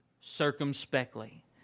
circumspectly